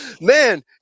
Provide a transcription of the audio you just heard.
Man